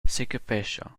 secapescha